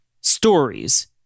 stories